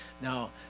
Now